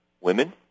women